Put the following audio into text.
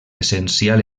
essencial